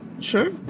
Sure